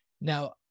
Now